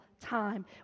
time